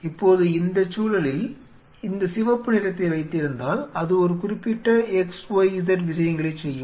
இப்போது இந்தச் சூழலில் இந்த சிவப்பு நிறத்தை வைத்திருந்தால் அது குறிப்பிட்ட XYZ விஷயங்களைச் செய்யும்